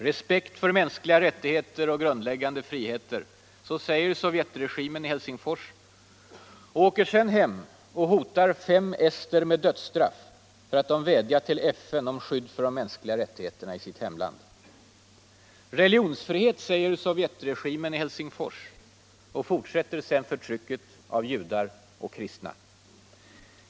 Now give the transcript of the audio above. ”Respekt för mänskliga rättigheter och grundläggande friheter”, säger sovjetregimen i Helsingfors — och åker sedan hem och hotar fem ester med dödsstraff för att de vädjat till Förenta nationerna om skydd för de mänskliga rättigheterna i sitt hemland. ” Religionsfrihet”, säger sovjetregimen i Helsingfors —- och fortsätter sedan förtrycket av judar och kristna.